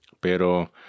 Pero